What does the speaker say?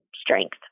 strength